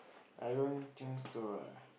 I don't think so ah